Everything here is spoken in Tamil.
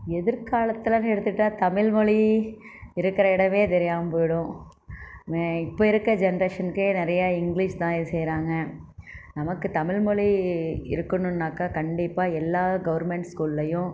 எதிர் காலத்தில்னு எடுத்துக்கிட்டால் தமிழ் மொழி இருக்கிற இடமே தெரியாமல் போய்டும் இப்போ இருக்க ஜெனரேஷனுக்கு நிறைய இங்கிலீஷ் தான் செய்றாங்க நமக்கு தமிழ் மொழி இருக்கணும்னாக்கா கண்டிப்பாக எல்லா கவர்மெண்ட் ஸ்கூல்லேயும்